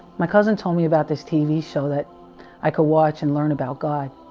my, cousin told me about this tv show, that i could watch and learn, about god